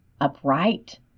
upright